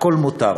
הכול מותר.